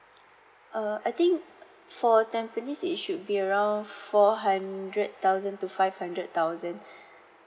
err I think for tampines it should be around four hundred thousand to five hundred thousand